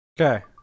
Okay